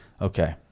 Okay